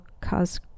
cause